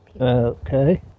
Okay